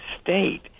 state